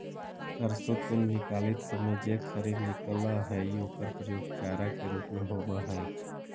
सरसो तेल निकालित समय जे खरी निकलऽ हइ ओकर प्रयोग चारा के रूप में होवऽ हइ